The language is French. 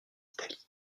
italie